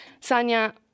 Sanya